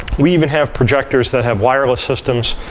we even have projectors that have wireless systems.